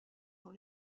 dans